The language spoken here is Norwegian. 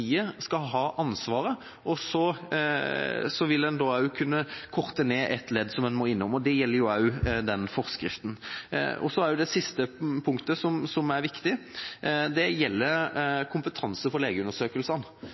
skal ha ansvaret, og en vil da kunne korte ned på et av leddene som en må innom. Dette gjelder også forskriften. Det siste punktet som også er viktig, gjelder kompetanse i forbindelse med legeundersøkelsene, at vi sikrer at det utdannes nok leger som